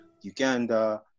Uganda